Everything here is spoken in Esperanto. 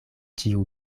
ĉiu